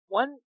one